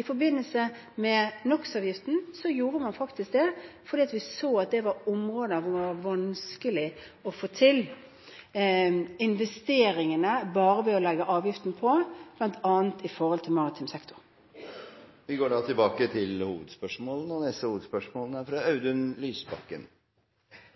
I forbindelse med NOX-avgiften gjorde man faktisk det, fordi vi så at det var områder hvor det var vanskelig å få til investeringene bare ved å legge avgiften på, bl.a. innen maritim sektor. Vi går da til neste hovedspørsmål. Det norske samfunnet er